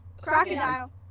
Crocodile